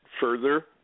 further